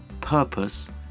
purpose